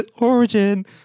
Origin